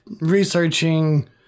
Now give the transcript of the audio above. researching